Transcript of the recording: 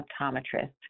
optometrist